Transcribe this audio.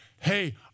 hey